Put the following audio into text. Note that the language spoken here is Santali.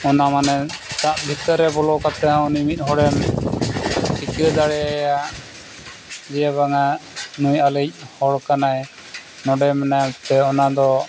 ᱚᱱᱟ ᱢᱟᱱᱮ ᱫᱟᱜ ᱵᱷᱤᱛᱟᱹᱨ ᱨᱮ ᱵᱚᱞᱚ ᱠᱟᱛᱮ ᱦᱚᱸ ᱩᱱᱤ ᱢᱤᱫ ᱦᱚᱲᱮᱢ ᱴᱷᱤᱠᱟᱹ ᱫᱟᱲᱮ ᱟᱭᱟ ᱡᱮ ᱵᱟᱝᱟ ᱱᱩᱭ ᱟᱞᱮᱭᱤᱡ ᱦᱚᱲ ᱠᱟᱱᱟᱭ ᱱᱚᱰᱮ ᱢᱮᱱᱟᱭᱟ ᱢᱤᱫᱴᱮᱡ ᱚᱱᱟ ᱫᱚ